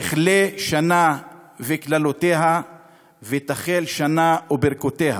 תכלה שנה וקללותיה ותחל שנה וברכותיה.